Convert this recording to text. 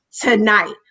tonight